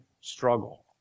struggle